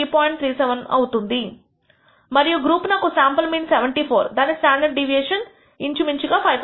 37 లో అవుతుంది మరియు గ్రూప్ నకు శాంపుల్ మీన్ 74 దాని స్టాండర్డ్ డీవియేషన్ ఇంచుమించుగా 5